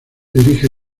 dirige